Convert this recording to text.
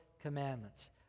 commandments